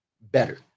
better